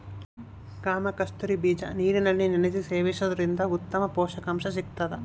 ಕಾಮಕಸ್ತೂರಿ ಬೀಜ ನೀರಿನಲ್ಲಿ ನೆನೆಸಿ ಸೇವಿಸೋದ್ರಲಾಸಿ ಉತ್ತಮ ಪುಷಕಾಂಶ ಸಿಗ್ತಾದ